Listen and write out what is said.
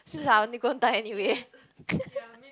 since I'm only gone die anyway